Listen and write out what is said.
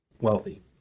wealthy